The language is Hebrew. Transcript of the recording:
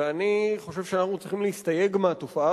ואני חושב שאנחנו צריכים להסתייג מהתופעה